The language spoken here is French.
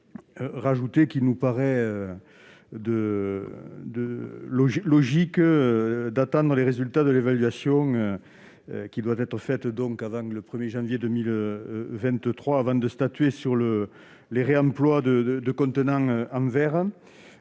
Il nous paraît logique d'attendre les résultats de l'évaluation qui doit être menée d'ici au 1 janvier 2023 avant de statuer sur le réemploi des contenants en verre.